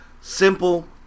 simple